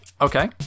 okay